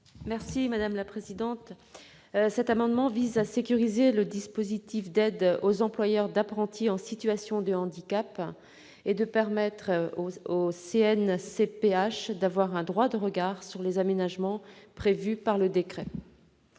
Mme Sabine Van Heghe. Cet amendement vise à sécuriser le dispositif d'aide aux employeurs d'apprentis en situation de handicap et à permettre au CNCPH d'avoir un droit de regard sur les aménagements prévus par le décret.